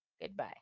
goodbye